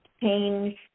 change